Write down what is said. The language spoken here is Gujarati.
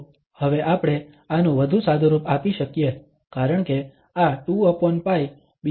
તો હવે આપણે આનું વધુ સાદુરૂપ આપી શકીએ કારણ કે આ 2π બીજી બાજુ જઈ શકે છે